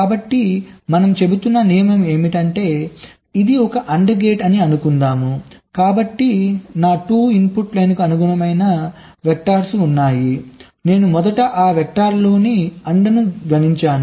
కాబట్టి మనం చెబుతున్న నియమం ఏమిటంటే ఇది ఒక AND గేట్ అని అనుకుందాం కాబట్టి నా 2 ఇన్పుట్ లైన్లకు అనుగుణమైన వెక్టర్స్ ఉన్నాయి నేను మొదట ఆ 2 వెక్టర్లలోని AND ను గణించాను